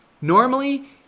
Normally